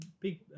Big